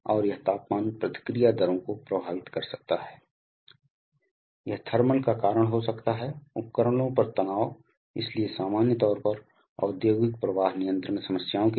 और compression stroke में हवा के आयतन को आप एक हाई प्रेशर पोर्ट पर पुश कर रहे हैं और यह सकिंग और कंप्रेसिंग वास्तव में वाल्व के सेट द्वारा निर्देशित होता है जैसा कि हम देखेंगे